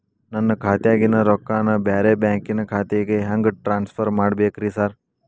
ನನ್ನ ಖಾತ್ಯಾಗಿನ ರೊಕ್ಕಾನ ಬ್ಯಾರೆ ಬ್ಯಾಂಕಿನ ಖಾತೆಗೆ ಹೆಂಗ್ ಟ್ರಾನ್ಸ್ ಪರ್ ಮಾಡ್ಬೇಕ್ರಿ ಸಾರ್?